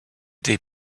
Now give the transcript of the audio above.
des